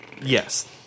Yes